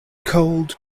cold